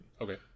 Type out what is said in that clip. Okay